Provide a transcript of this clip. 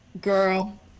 girl